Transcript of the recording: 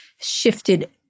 shifted